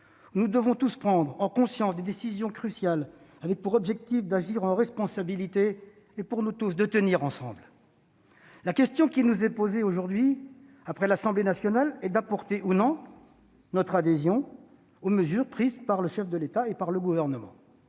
nous avons tous dû prendre, en conscience, des décisions cruciales avec pour objectif d'agir en responsabilité et, pour nous tous, de tenir ensemble. La question qui nous est posée aujourd'hui, après l'Assemblée nationale, est d'apporter ou non notre adhésion aux mesures prises par le chef de l'État et par le Gouvernement.